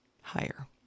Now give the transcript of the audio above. higher